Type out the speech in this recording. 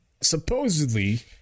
supposedly